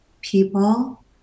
people